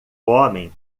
homem